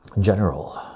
General